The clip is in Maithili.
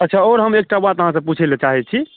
अच्छा आओर हम एकटा बात अहाँसँ पूछै लए चाहै छी